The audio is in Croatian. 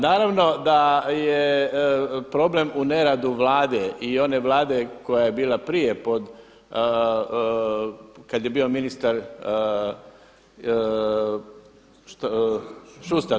Naravno da je problem u neradu Vlade i one Vlade koja je bila prije kada je bio ministar Šustar.